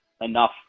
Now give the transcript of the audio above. enough